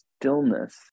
stillness